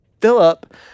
Philip